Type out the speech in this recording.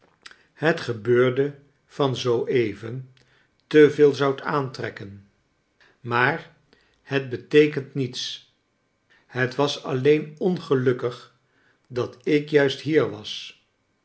het gebeurde van zoo even te veel zoudt aantrekken maar het beteekent niets het was alleen ongelukkig dat ik juist hier was